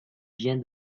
bien